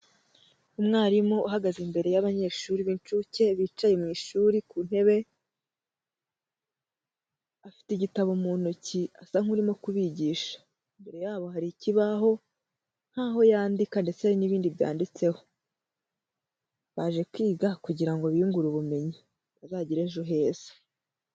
Umwarimu uhagaze imbere y'abanyeshuri b'inshuke bicaye mu ishuri ku ntebe, afite igitabo mu ntoki asa nk'urimo kubigisha, imbere yabo hari ikibaho nkaho yandika ndetse n'ibindi byanditseho, baje kwiga kugira ngo biyungure ubumenyi, bazagire ejo heza.